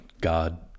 God